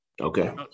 Okay